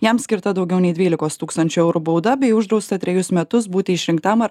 jam skirta daugiau nei dvylikos tūkstančių eurų bauda bei uždrausta trejus metus būti išrinktam ar